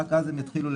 רק אז הם יתחילו,